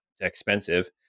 expensive